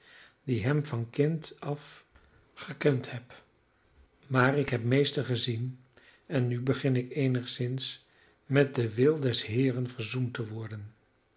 die hem van kind af gekend heb maar ik heb meester gezien en nu begin ik eenigszins met den wil des heeren verzoend te worden